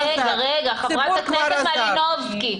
חברת הכנסת מלינובסקי,